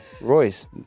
Royce